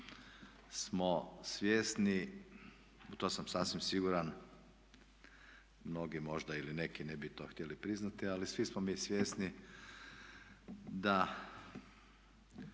smo svjesni, u to sam sasvim siguran, mnogi možda ili neki ne bi to htjeli priznati ali svi smo mi svjesni da